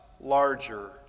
larger